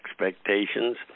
expectations